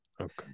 Okay